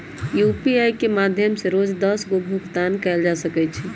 UPI के माध्यम से रोज दस गो भुगतान कयल जा सकइ छइ